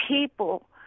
people